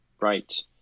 right